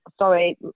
Sorry